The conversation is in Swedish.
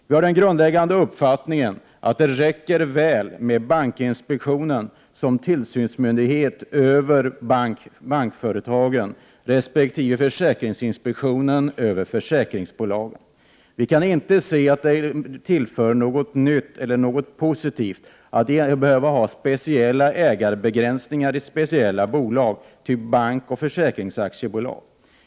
Vår grundläggande uppfattning är att det räcker väl med bankinspektionen som tillsynsmyndighet över bankföretag resp. försäkringsinspektionen som tillsynsmyndighet över försäkringsbolag. Vi kan inte se att det tillför något nytt eller något positivt att ha speciella ägandebegränsningar i speciella bolag, typ bankoch försäkringsaktiebolag.